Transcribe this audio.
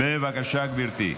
בבקשה, גברתי.